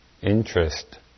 interest